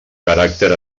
caràcter